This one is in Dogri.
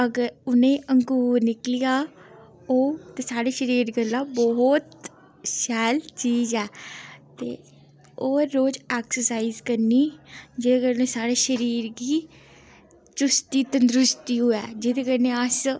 अगर उनें ई अंगूर निकली जा ओह ते साढ़े शरीर गल्ला बोह्त शैल चीज़ ऐ ते ओह् रोज़ ऐक्सरसाइज करनी जेह्दे कन्नै साढ़े शरीर गी चुस्ती तंदुरुस्ती होवै जेह्दे कन्नै अस